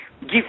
give